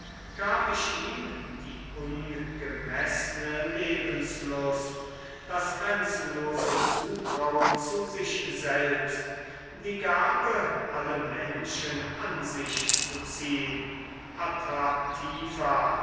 gab ich ihm die ungemeßne lebenslust das grenzenlose zutrauen zu sich selbst die gabe alle menschen an sich zu ziehn